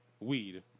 weed